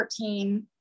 14